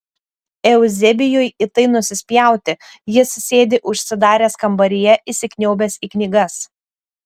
euzebijui į tai nusispjauti jis sėdi užsidaręs kambaryje įsikniaubęs į knygas